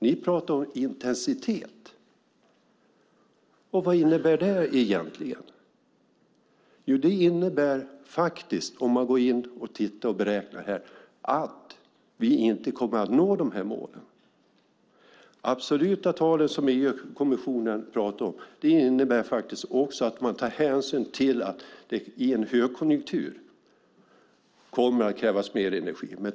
Ni pratar om intensitet, och vad innebär det egentligen? Jo, om man räknar efter finner man att det innebär att vi inte kommer att nå de här målen. De absoluta tal som EU-kommissionen talar om innebär faktiskt också att man tar hänsyn till att det i en högkonjunktur kommer att krävas mer energi.